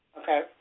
Okay